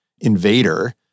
invader